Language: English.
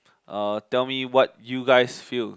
uh tell me what you guys feel